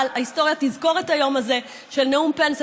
אבל ההיסטוריה תזכור את היום הזה של נאום פנס,